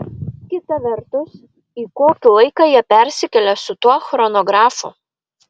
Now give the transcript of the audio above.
kita vertus į kokį laiką jie persikėlė su tuo chronografu